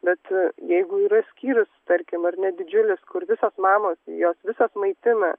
bet jeigu yra skyrius tarkim ar ne didžiulis kur visos mamos jos visos maitina